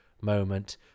moment